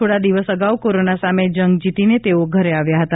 થોડા દિવસ અગાઉ કોરોના સામે જંગ જીતીને તેઓ ઘેર આવ્યા હતા